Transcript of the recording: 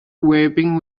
weeping